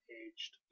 aged